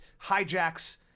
hijacks